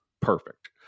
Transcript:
perfect